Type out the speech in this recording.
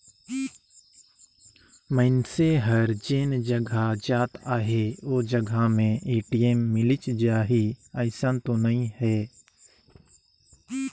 मइनसे हर जेन जघा जात अहे ओ जघा में ए.टी.एम मिलिच जाही अइसन तो नइ हे